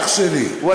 אח שלי.